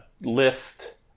list